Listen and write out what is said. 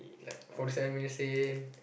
it's like forty seven minutes in